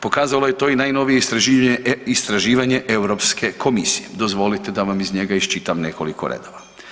Pokazalo je to i najnovije istraživanje EU komisije, dozvolite mi da vam iz njega iščitam nekoliko redova.